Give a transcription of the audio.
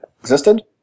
existed